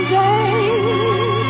days